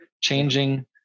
changing